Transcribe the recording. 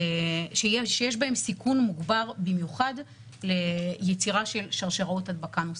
שיש בהם סיכון מוגבר במיוחד ליצירה של שרשראות הדבקה נוספות.